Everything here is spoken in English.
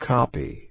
Copy